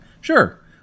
sure